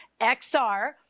XR